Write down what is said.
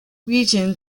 region